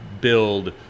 build